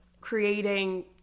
creating